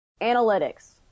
analytics